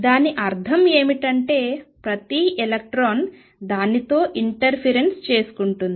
దాని అర్థం ఏమిటంటే ప్రతి ఎలక్ట్రాన్ దానితో ఇంటర్ఫిరెన్స్ చేసుకుంటుంది